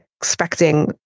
expecting